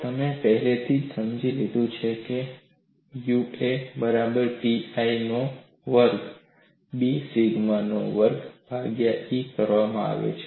તમે પહેલેથી જ સમજી લીધું છે કે Ua ને બરાબર pi a નો વર્ગ B સિગ્મા નો વર્ગ ભાગ્યા E કરવામાં આવે છે